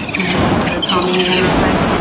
my head just start pounding again real quick